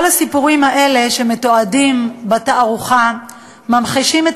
כל הסיפורים האלה שמתועדים בתערוכה ממחישים את